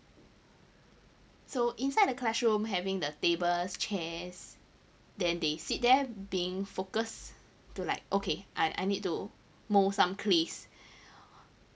so inside a classroom having the tables chairs then they sit there being focused to like okay I I need to mold some clays